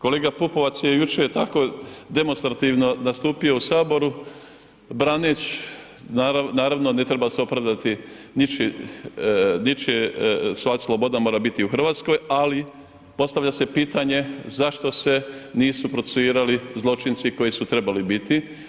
Kolega Pupovac je jučer tako demonstrativno nastupio u Saboru braneći, naravno, ne treba se opravdati ničije, ... sloboda mora bit u Hrvatskoj, ali postavlja se pitanje zašto se nisu procesuirali zločinci koji su trebali biti.